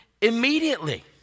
immediately